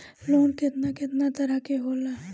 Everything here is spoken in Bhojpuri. लोन केतना केतना तरह के होला?